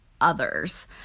others